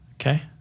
Okay